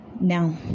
now